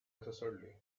necessarily